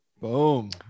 Boom